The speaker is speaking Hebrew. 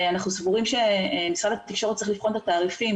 אנחנו סבורים שמשרד התקשורת צריך לבחון את התעריפים